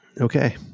Okay